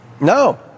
No